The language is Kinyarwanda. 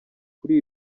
kuri